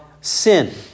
sin